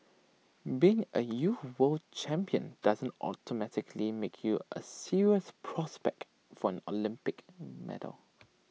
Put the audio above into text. being A youth world champion doesn't automatically make you A serious prospect for an Olympic medal